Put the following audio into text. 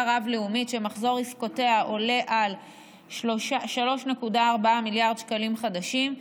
רב-לאומית שמחזור עסקאותיה עולה על 3.4 מיליארד שקלים חדשים,